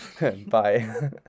Bye